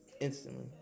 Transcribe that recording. instantly